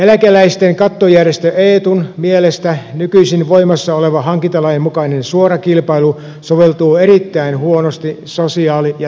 eläkeläisten kattojärjestö eetun mielestä nykyisin voimassa oleva hankintalain mukainen suora kilpailu soveltuu erittäin huonosti sosiaali ja terveyspalveluihin